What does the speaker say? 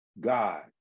God